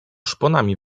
szponami